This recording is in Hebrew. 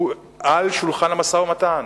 על שולחן המשא-ומתן,